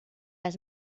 has